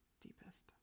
deepest